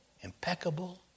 Impeccable